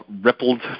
rippled